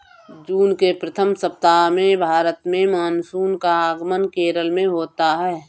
जून के प्रथम सप्ताह में भारत में मानसून का आगमन केरल में होता है